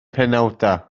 penawdau